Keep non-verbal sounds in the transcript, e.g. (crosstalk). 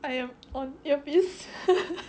!aiya! on earpiece (laughs)